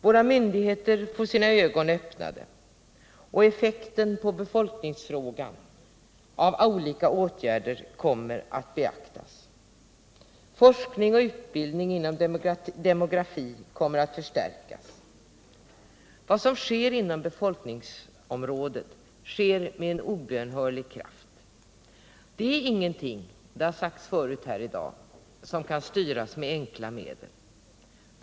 Våra myndigheter får sina ögon öppnade och effekten på befolkningsfrågan av olika åtgärder kommer att beaktas. Forskning och utbildning inom demografi kommer att förstärkas. Vad som sker inom befolkningsområdet sker med en obönhörlig kraft. Det är ingenting — det har sagts här förut i dag — som kan styras med enkla medel.